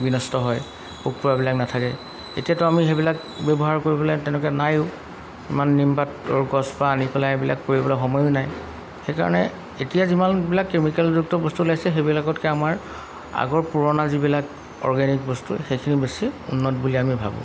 বিনষ্ট হয় পোক পৰুৱাবিলাক নাথাকে এতিয়াতো আমি সেইবিলাক ব্যৱহাৰ কৰিবলৈ তেনেকৈ নায়ো আমাৰ নিমপাত গছৰপৰা আনি পেলাই এইবিলাক কৰিবলৈ সময়ো নাই সেইকাৰণে এতিয়া যিমানবিলাক কেমিকেলযুক্ত বস্তু ওলাইছে সেইবিলাকতকৈ আমাৰ আগৰ পুৰণা যিবিলাক অৰ্গেনিক বস্তু সেইখিনি বেছি উন্নত বুলি আমি ভাবোঁ